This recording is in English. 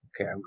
Okay